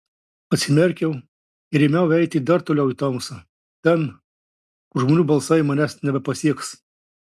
atsimerkiau ir ėmiau eiti dar toliau į tamsą ten kur žmonių balsai manęs nebepasieks